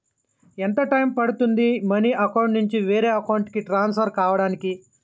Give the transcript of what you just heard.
ఎంత టైం పడుతుంది money account నుంచి వేరే అకౌంట్ కి ట్రాన్స్ఫర్ కావటానికి?